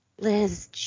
Liz